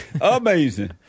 amazing